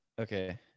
Okay